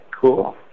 Cool